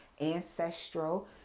ancestral